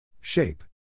Shape